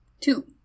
Two